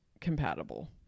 compatible